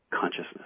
consciousness